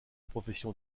profession